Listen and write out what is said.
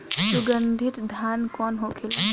सुगन्धित धान कौन होखेला?